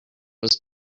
was